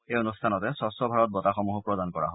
এই অনুষ্ঠানতে স্বচ্ছ ভাৰত বঁটাসমূহো প্ৰদান কৰা হয়